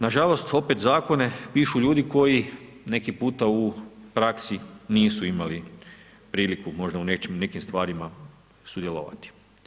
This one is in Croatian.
Na žalost opet zakone pišu ljudi koji neki puta u praksi nisu imali priliku možda u nekim stvarima sudjelovati.